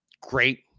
great